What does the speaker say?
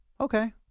okay